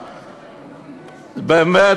באמת,